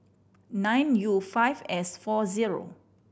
nine U five S four zero